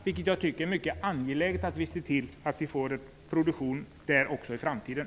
Jag menar att det är mycket angeläget att vi ser till att vi får produktion där också i framtiden.